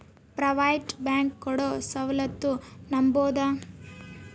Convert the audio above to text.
Private bank ಕೊಡೊ ಸೌಲತ್ತು ನಂಬಬೋದ?